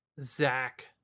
Zach